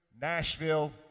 Nashville